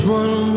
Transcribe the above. one